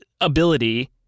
ability